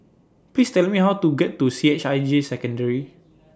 Please Tell Me How to get to C H I J Secondary